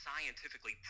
scientifically